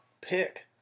pick